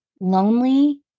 lonely